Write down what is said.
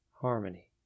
harmony